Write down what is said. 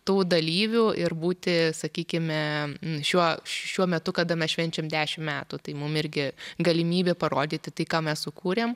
tų dalyvių ir būti sakykime šiuo šiuo metu kada mes švenčiam dešim metų tai mum irgi galimybė parodyti tai ką mes sukūrėm